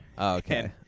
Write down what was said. Okay